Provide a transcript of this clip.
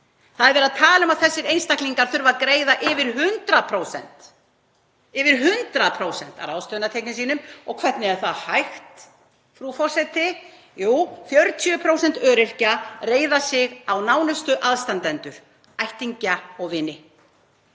það er verið að tala um að þessir einstaklingar þurfa að greiða yfir 100% af ráðstöfunartekjum sínum. Og hvernig er það hægt? Jú, frú forseti, 40% öryrkja reiða sig á nánustu aðstandendur, ættingja og vini.